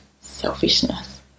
selfishness